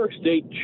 State